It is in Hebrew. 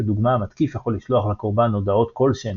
לדוגמה המתקיף יכול לשלוח לקורבן הודעות כלשהן